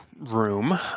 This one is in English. room